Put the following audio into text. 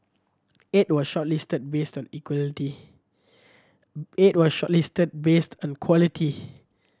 eight were shortlisted based on equality eight were shortlisted based on quality